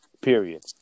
Period